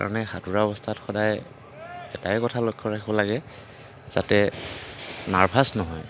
সেইটো কাৰণে সাঁতোৰা অৱস্থাত সদায় এটাই কথা লক্ষ্য ৰাখিব লাগে যাতে নাৰ্ভাছ নহয়